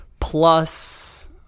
plus